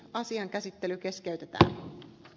asian käsittely keskeytetään